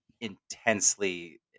intensely